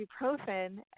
ibuprofen